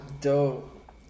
dope